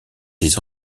des